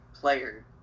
player